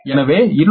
எனவே 2203